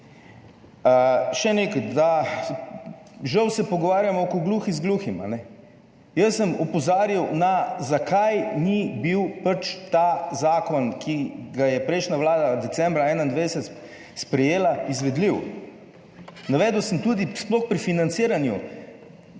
Še nekaj. Žal se pogovarjamo o kot gluhi z gluhim. Jaz sem opozarjal na zakaj ni bil pač ta zakon, ki ga je prejšnja Vlada decembra 2021 sprejela izvedljiv. Navedel sem tudi sploh pri financiranju